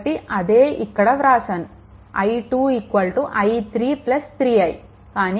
కాబట్టి అదే ఇక్కడ వ్రాసాను i2 i3 3I